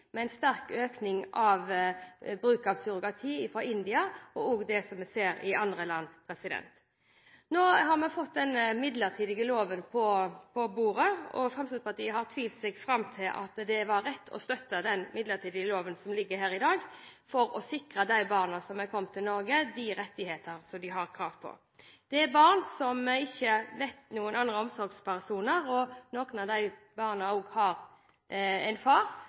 bruk av surrogati fra India – og vi ser det også i andre land. Nå har vi fått denne midlertidige loven på bordet, og Fremskrittspartiet har tvilt seg fram til at det var rett å støtte den midlertidige loven som ligger her i dag for å sikre de barna som har kommet til Norge, de rettigheter de har krav på. Det er barn som ikke vet om andre omsorgspersoner, og noen av barna har også en far